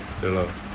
ya lah